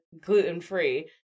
gluten-free